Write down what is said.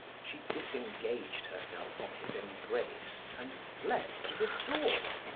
she disengaged herself from his embrace and fled to the door.